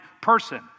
person